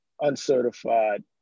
uncertified